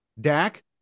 Dak